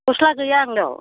गस्ला गैया आंनाव